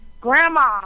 Grandma